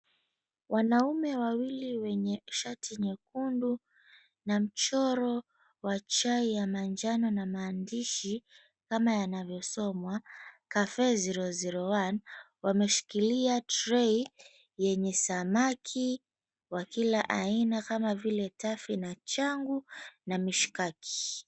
Wanaume wawili wenye shati nyekundu na mchoro wa chai ya manjano na maandishi kama yanavyosomwa, Cafee 001, wameshikilia trei yenye samaki wa kila aina kama vile tafi na changu na mishikaki.